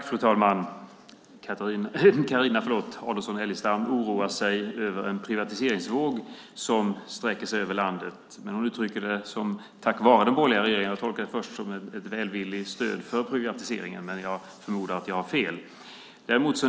Fru ålderspresident! Carina Adolfsson Elgestam oroar sig över en privatiseringsvåg som sträcker sig över landet, tack vare den borgerliga regeringen, sade hon. Jag tolkade det först som ett välvilligt stöd för privatiseringen. Jag förmodar att jag har fel.